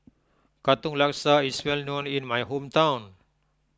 Katong Laksa is well known in my hometown